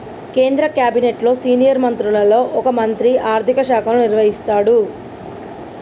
కేంద్ర క్యాబినెట్లో సీనియర్ మంత్రులలో ఒక మంత్రి ఆర్థిక శాఖను నిర్వహిస్తాడు